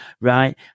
right